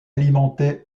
alimenté